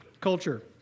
culture